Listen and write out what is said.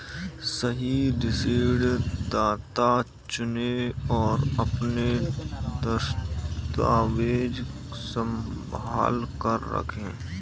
सही ऋणदाता चुनें, और अपने दस्तावेज़ संभाल कर रखें